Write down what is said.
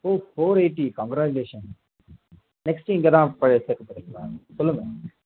ஓ four eighty congratulation next இங்கே தான் ப சேர்க்கப் போகிறீங்களா சொல்லுங்கள்